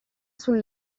sul